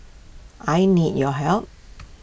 I need your help